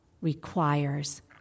requires